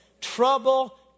trouble